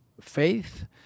faith